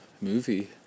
movie